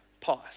Pause